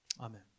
Amen